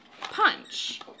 punch